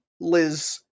Liz